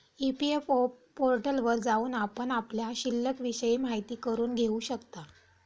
EPFO पोर्टलवर जाऊन आपण आपल्या शिल्लिकविषयी माहिती करून घेऊ शकता